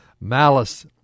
Malice